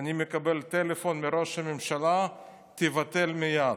אני מקבל טלפון מראש הממשלה: תבטל מייד.